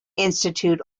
institute